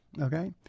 Okay